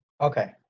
Okay